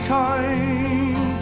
time